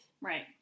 Right